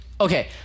Okay